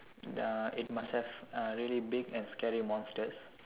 ya it must have uh really big and scary monsters